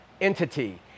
entity